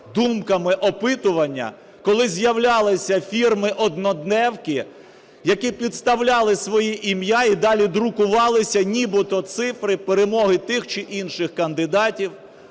думками опитування, коли з'являлися фірми-одноденки, які підставляли своє ім'я і далі друкувалися нібито цифри перемоги тих чи інших кандидатів,